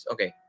Okay